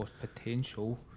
potential